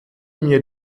mir